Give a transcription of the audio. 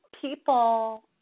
people